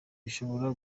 bishobora